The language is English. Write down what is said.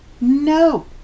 No